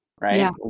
Right